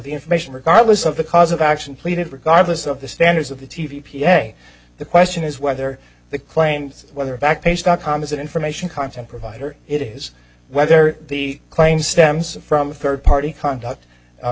information regardless of the cause of action pleaded regardless of the standards of the t v p s a the question is whether the claims whether back page dot com is an information content provider it is whether the claim stems from a third party conduct